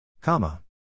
Comma